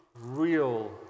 real